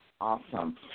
awesome